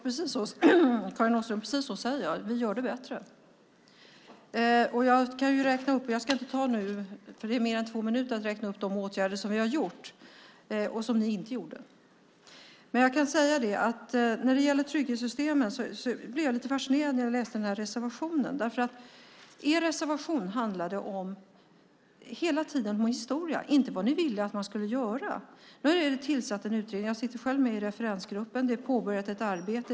Herr talman! Precis så säger jag, Karin Åström. Vi gör det bättre. Det tar mer än två minuter att räkna upp de åtgärder som vi har vidtagit och som ni inte vidtog. Jag blev lite fascinerad när jag läste den här reservationen när det gäller trygghetssystemen. Er reservation handlar bara om historia och inte om vad ni vill att man ska göra. Vi har tillsatt en utredning. Jag sitter själv med i referensgruppen. Ett arbete har påbörjats.